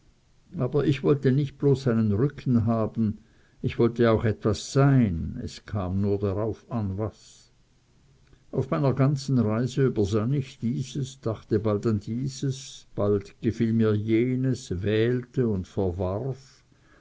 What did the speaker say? aber ich wollte nicht bloß einen rücken haben ich wollte auch etwas sein es kam nur darauf an was auf meiner ganzen reise übersann ich dieses dachte bald an dieses bald gefiel mir jenes wählte und verwarf